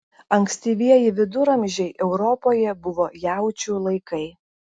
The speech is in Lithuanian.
ankstyvieji viduramžiai europoje buvo jaučių laikai